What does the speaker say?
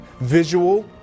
visual